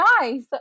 nice